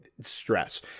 stress